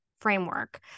framework